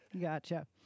gotcha